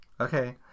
okay